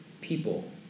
people